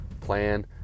plan